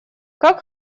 как